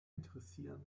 interessieren